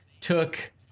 took